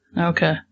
Okay